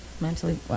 mentally